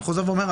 אני חוזר ואומר,